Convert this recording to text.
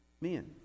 men